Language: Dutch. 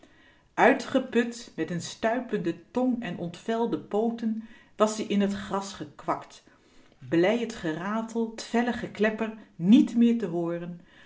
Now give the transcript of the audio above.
uitgeput met n stuipende tong en ontvelde pooten was-ie in t gras gekwakt blij t geratel t felle geklepper niet meer te hooren